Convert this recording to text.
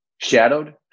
Shadowed